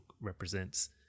represents